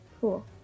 Cool